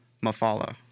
mafala